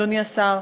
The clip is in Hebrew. אדוני השר,